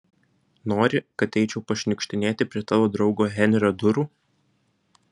nori kad eičiau pašniukštinėti prie tavo draugo henrio durų